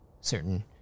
certain